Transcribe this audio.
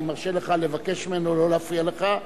אני מרשה לך לבקש ממנו לא להפריע לך,